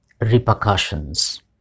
repercussions